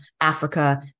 africa